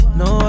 no